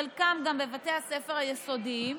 חלקם גם בבתי הספר היסודיים.